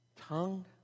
tongue